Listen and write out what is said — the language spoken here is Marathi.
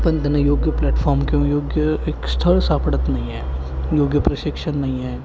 पण त्यांना योग्य प्लॅटफॉम किंवा योग्य एक स्थळ सापडत नाही आहे योग्य प्रशिक्षण नाही आहे